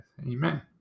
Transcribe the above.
Amen